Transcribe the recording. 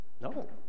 no